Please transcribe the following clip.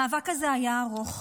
המאבק הזה היה ארוך,